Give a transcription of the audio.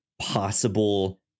possible